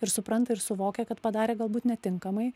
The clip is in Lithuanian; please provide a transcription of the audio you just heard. ir supranta ir suvokia kad padarė galbūt netinkamai